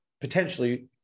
potentially